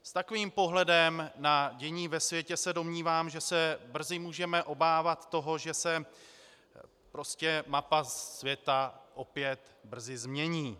S takovým pohledem na dění ve světě se domnívám, že se brzy můžeme obávat toho, že se prostě mapa světa opět brzy změní.